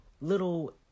little